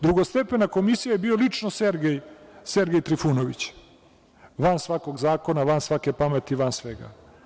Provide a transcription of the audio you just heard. Drugostepena komisija je bio lično Sergej Trifunović, van svakog zakona, van svake pameti, van svega.